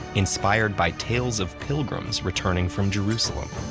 inspired by tales of pilgrims returning from jerusalem.